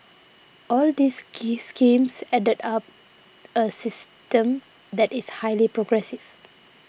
all these skis schemes add up a system that is highly progressive